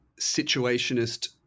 situationist